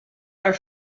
are